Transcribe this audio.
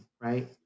Right